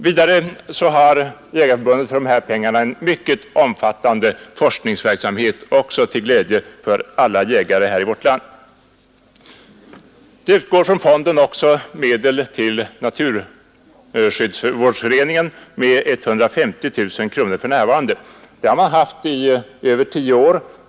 Vidare bedriver Jägareförbundet en mycket omfattande forskningsverksamhet, också till glädje för alla jägare i vårt land. Från fonden utgår också medel till Svenska naturskyddsföreningen med för närvarande 150 000 kronor.